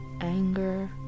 anger